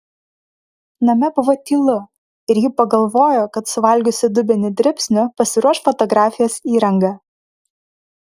name buvo tylu ir ji pagalvojo kad suvalgiusi dubenį dribsnių pasiruoš fotografijos įrangą